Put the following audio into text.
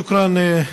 שוכרן,